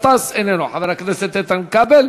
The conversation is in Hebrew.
חברת הכנסת קארין אלהרר,